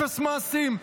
אפס מעשים.